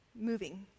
moving